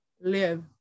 live